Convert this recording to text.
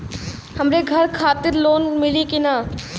हमरे घर खातिर लोन मिली की ना?